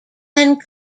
anne